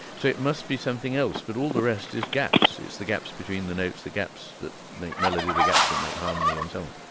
so it must be something else, but all the rest is gaps. it's the gaps between the notes, the gaps that make melody, the gaps that make harmony and so